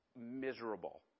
miserable